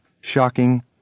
shocking